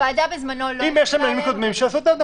אם יש להם נהלים קודמים, שיעשו את ההתאמה.